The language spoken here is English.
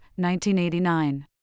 1989